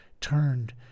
turned